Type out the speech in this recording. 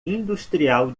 industrial